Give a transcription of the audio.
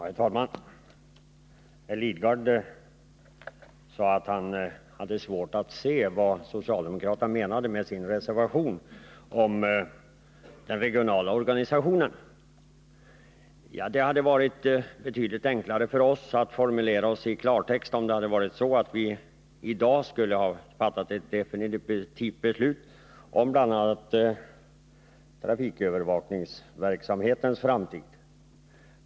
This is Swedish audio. Herr talman! Bertil Lidgard sade att han hade svårt att se vad socialdemokraterna menade med sin reservation om den regionala organisationen. Ja, det hade varit betydligt enklare för oss att formulera oss i klartext om det hade varit så att vi i dag skulle ha fattat ett definitivt beslut om bl.a. trafikövervakningsverksamhetens framtid.